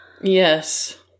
Yes